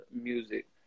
music